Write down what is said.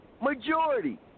majority